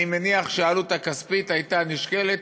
אני מניח שהעלות הכספית הייתה נשקלת.